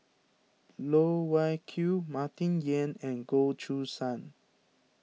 Loh Wai Kiew Martin Yan and Goh Choo San